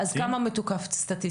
אז על כמה מתוקף סטטיסטית?